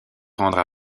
rendre